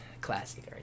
classic